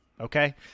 okay